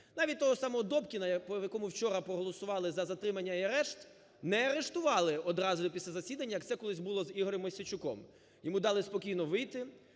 Навіть того самого Добкіна, по якому вчора проголосували за затримання і арешт, не арештували одразу після засідання, як це було колись було з Ігорем Мосійчуком. Йому дали спокійно вийти,